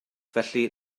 felly